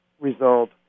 result